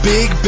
Big